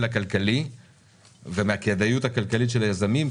הכלכלי ומהכדאיות הכלכלית של היזמים,